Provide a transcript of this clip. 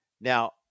Now